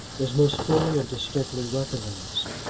is most fully and distinctly recognised.